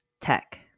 tech